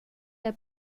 der